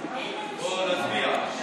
בואו נצביע.